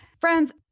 Friends